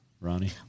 Ronnie